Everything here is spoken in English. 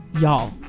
Y'all